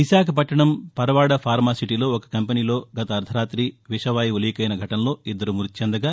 విశాఖపట్టణం పరవాడ ఫార్మాసిటీలో ఒక కంపెనీలో గత అర్దరాతి విషవాయువు లీకైన ఘటనలో ఇద్దరు మృతిచెందగా